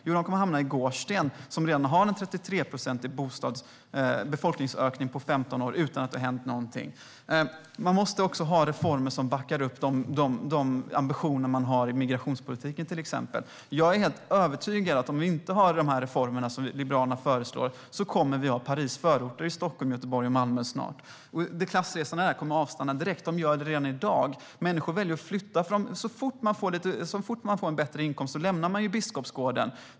Jo, de kommer att hamna i Gårdsten, som redan haft en 33-procentig befolkningsökning på 15 år utan att det har hänt någonting. Man måste ha reformer som backar upp de ambitioner man har i till exempel migrationspolitiken. Jag är helt övertygad om att vi utan de reformer som Liberalerna förslår kommer att ha Paris förorter i Stockholm, Göteborg och Malmö snart. Klassresorna där kommer att avstanna direkt. Det har de redan gjort i dag. Människor väljer att flytta. Så fort man får en bättre inkomst lämnar man Biskopsgården.